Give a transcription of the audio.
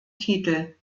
titel